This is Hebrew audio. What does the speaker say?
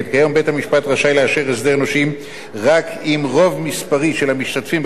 כיום בית-המשפט רשאי לאשר הסדר נושים רק אם רוב מספרי של המשתתפים בכל